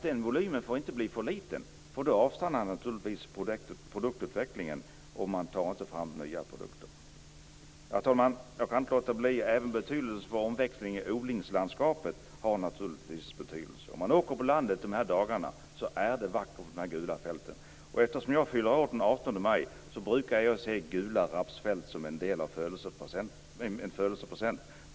Den volymen får inte bli för liten - då avstannar naturligtvis produktutvecklingen inom industriproduktionen och man tar inte fram nya produkter. Fru talman! Jag kan inte låta bli att även ta upp rapsens betydelse för omväxlingen i odlingslandskapet. De här dagarna är det vackert med de gula fälten på landet. Eftersom jag fyller år den 18 maj brukar jag se gula rapsfält som en födelsedagspresent.